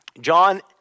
John